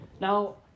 Now